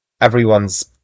everyone's